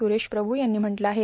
सुरेश प्रभू यांनी म्हटलं आहे